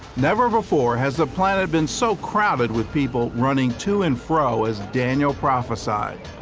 never before has the planet been so crowded with people running to and fro as daniel prophesied.